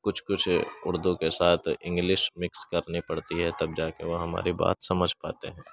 کچھ کچھ اُردو کے ساتھ انگلش مکس کرنی پڑتی ہے تب جا کے وہ ہماری بات سمجھ پاتے ہیں